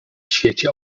świecie